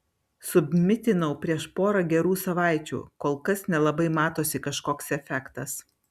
submitinau prieš pora gerų savaičių kol kas nelabai matosi kažkoks efektas